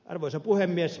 arvoisa puhemies